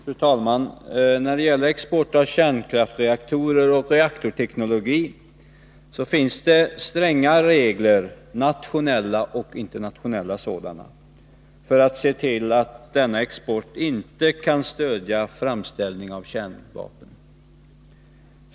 Fru talman! När det gäller export av kärnkraftsreaktorer och reaktorteknologi finns det stränga regler, nationella och internationella, för att se till att denna export inte kan stödja framställning av kärnvapen.